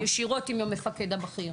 ישירות עם המפקד הבכיר.